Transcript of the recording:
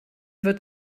wird